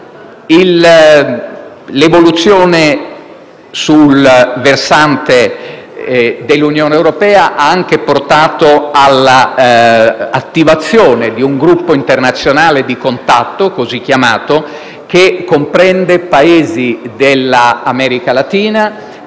L'evoluzione sul versante dell'Unione europea ha anche portato all'attivazione di un Gruppo internazionale di contatto che comprende Paesi dell'America latina